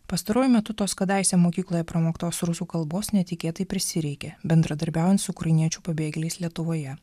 pastaruoju metu tos kadaise mokykloje pramoktos rusų kalbos netikėtai prisireikė bendradarbiaujant su ukrainiečių pabėgėliais lietuvoje